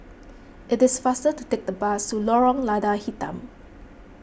it is faster to take the bus to Lorong Lada Hitam